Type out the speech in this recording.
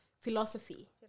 Philosophy